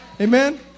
Amen